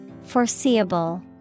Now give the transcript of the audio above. Foreseeable